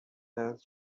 has